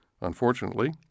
Unfortunately